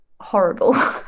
horrible